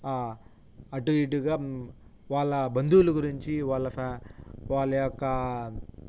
అటు ఇటుగా వాళ్ళ బంధువులు గురించి వాళ్ళ ఫ్యా వాళ్ళ యొక్క